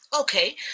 Okay